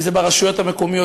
אם זה ברשויות המקומיות,